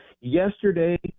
Yesterday